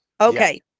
Okay